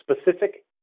specific